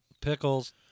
Pickles